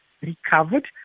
recovered